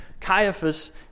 Caiaphas